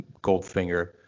Goldfinger